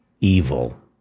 evil